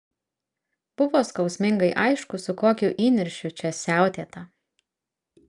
buvo skausmingai aišku su kokiu įniršiu čia siautėta